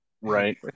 Right